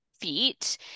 feet